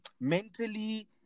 mentally